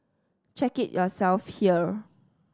check it yourself here